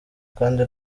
kandi